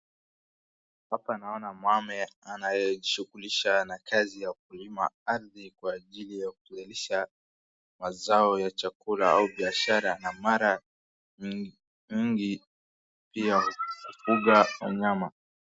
Hapa naona mama anayejishughulisha na kazi ya kulima ardhi kwa ajili ya kuzalisha mazao ya chakula au baishara na mara mingi pia hufuga wanyama.